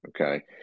okay